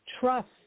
trust